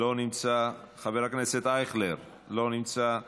לא נמצא, חבר הכנסת אייכלר, לא נמצא,